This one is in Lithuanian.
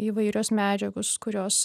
įvairios medžiagos kurios